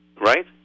Right